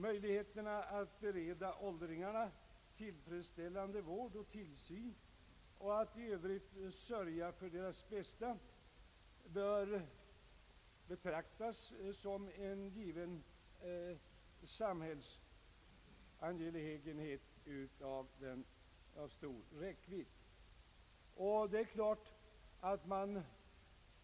Möjligheterna att bereda åldringarna tillfredsställande vård och tillsyn och att i övrigt sörja för deras bästa bör självklart betraktas som en sambhällsangelägenhet av stor räckvidd.